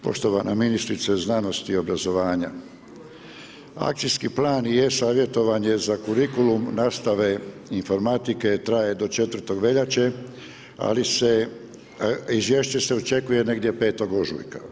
Poštovana ministrice znanosti i obrazovanja, akcijski plan i e-savjetovanje za kurikulum nastave informatike traje do 4. veljače ali se, izvješće se očekuje negdje 5. ožujka.